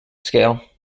scale